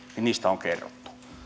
niistä on kerrottu